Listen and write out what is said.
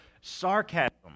sarcasm